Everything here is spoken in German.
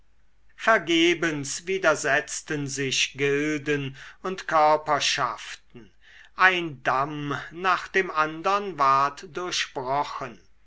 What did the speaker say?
vergebens widersetzten sich gilden und körperschaften ein damm nach dem andern ward durchbrochen